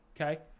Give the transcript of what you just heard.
okay